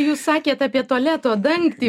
jūs sakėt apie tualeto dangtį